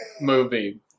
movie